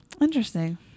Interesting